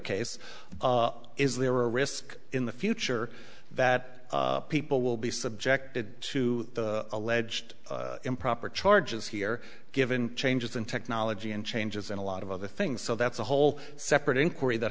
case is there a risk in the future that people will be subjected to alleged improper charges here given changes in technology and changes and a lot of other things so that's a whole separate inquiry that